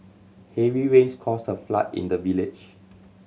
heavy rains caused a flood in the village